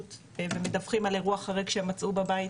ומדווחים על אירוע חריג שמצאו בבית.